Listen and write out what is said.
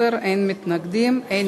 11, אין מתנגדים, אין נמנעים.